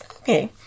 Okay